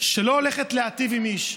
שלא הולכת להיטיב עם איש,